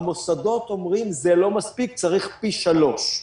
המוסדות אומרים: זה לא מספיק, צריך פי שלוש.